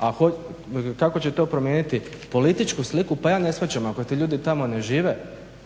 A kako će to promijeniti političku sliku pa ja ne shvaćam, ako ti ljudi tamo ne žive